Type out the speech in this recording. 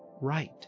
right